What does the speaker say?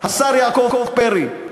השר יעקב פרי,